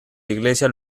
iglesia